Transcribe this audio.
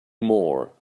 more